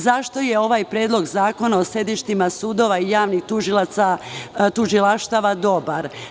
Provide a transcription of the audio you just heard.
Zašto je ovaj predlog zakona o sedištima sudova i javnih tužilaštava dobar?